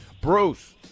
Bruce